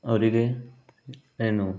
ಅವರಿಗೆ ಏನು